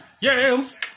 Yams